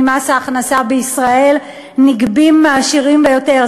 ממס ההכנסה בישראל נגבים מהעשירים ביותר,